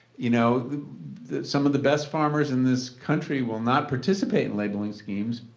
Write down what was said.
you know some of the best farmers in this country will not participate in labelling schemes,